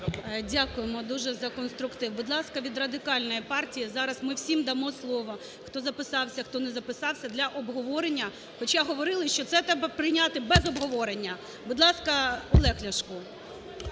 Дякуємо дуже за конструктив. Будь ласка, від Радикальної партії. Зараз ми всім дамо слово, хто записався, хто не записався, хоча говорили, що це треба прийняти без обговорення! Будь ласка, Олег Ляшко.